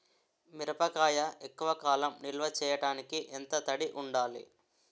మిరపకాయ ఎక్కువ కాలం నిల్వ చేయటానికి ఎంత తడి ఉండాలి?